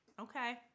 Okay